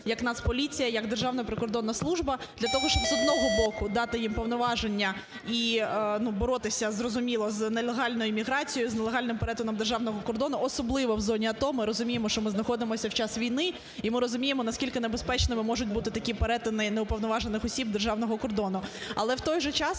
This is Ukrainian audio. як Нацполіція, як Державна прикордонна служба. Для того, щоб з одного боку дати їм повноваження і боротися, зрозуміло, з нелегальною міграцією, з нелегальним перетином державного кордону, особливо в зоні АТО. Ми розуміємо, що ми знаходимося в час війни і ми розуміємо наскільки небезпечними можуть бути такі перетини неуповноважених осіб державного кордону. Але в той же час